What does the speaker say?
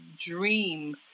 dream